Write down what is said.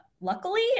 Luckily